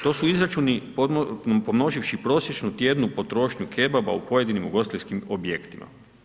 To su izračuni pomnoživši prosječnu tjednu potrošnju kebaba u pojedinim ugostiteljskim objektima.